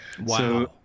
Wow